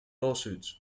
lawsuits